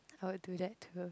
I would do that too